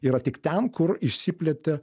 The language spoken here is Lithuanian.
yra tik ten kur išsiplėtė